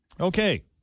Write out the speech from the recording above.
Okay